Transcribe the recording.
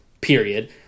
Period